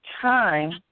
time